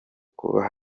kuba